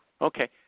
Okay